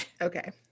Okay